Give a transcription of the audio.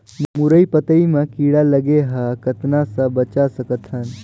मुरई पतई म कीड़ा लगे ह कतना स बचा सकथन?